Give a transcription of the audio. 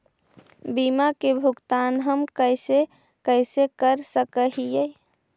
बीमा के भुगतान हम कैसे कैसे कर सक हिय?